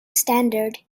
standard